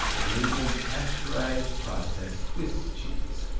labeled pasteurized process swiss cheese,